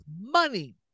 money